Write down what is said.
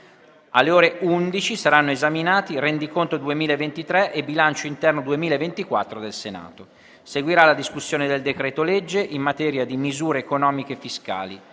Alle ore 11 saranno esaminati rendiconto 2023 e bilancio interno 2024 del Senato. Seguirà la discussione del decreto-legge in materia di misure economiche e fiscali.